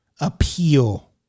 appeal